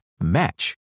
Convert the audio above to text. match